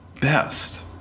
best